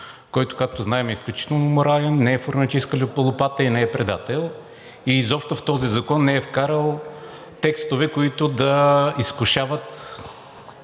който, както знаем е изключително морален, не е фурнаджийска лопата и не е предател. В този закон не е вкарал текстове, които да изкушават